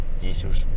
Jesus